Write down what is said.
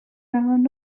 own